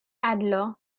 adler